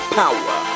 power